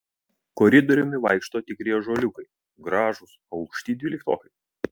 koridoriumi vaikšto tikri ąžuoliukai gražūs aukšti dvyliktokai